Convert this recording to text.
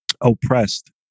oppressed